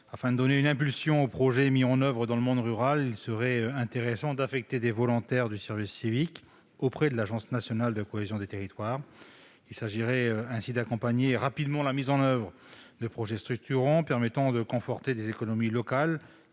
Afin de donner une impulsion aux projets mis en oeuvre dans le monde rural, il serait intéressant d'affecter des volontaires du service civique auprès de l'Agence nationale de la cohésion des territoires. Il s'agirait ainsi d'accompagner rapidement la mise en place de projets structurants permettant de conforter des économies locales,